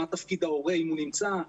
מה תפקיד ההורה אם הוא נמצא,